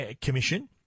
Commission